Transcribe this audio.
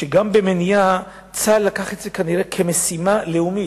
שגם במניעה צה"ל לקח את זה כנראה כמשימה לאומית.